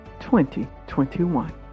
2021